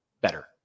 better